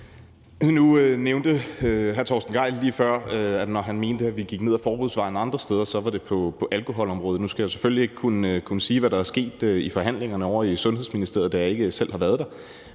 Nu nævnte hr. Torsten Gejl lige før, at når han mente, at vi gik ned ad forbudsvejen andre steder, gjaldt det alkoholområdet. Nu skal jeg selvfølgelig ikke kunne sige, hvad der er sket i forhandlingerne ovre i Sundhedsministeriet, da jeg ikke selv har været der,